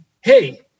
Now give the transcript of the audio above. Hey